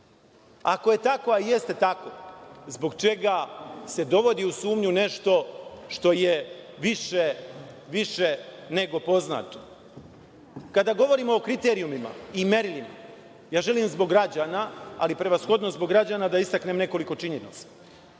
Ako je tako, a jeste tako, zbog čega se dovodi u sumnju nešto što je više nego poznato? Kada govorimo o kriterijumima i merilima, ja želim zbog građana, ali prevashodno zbog građana da istaknem nekoliko činjenica.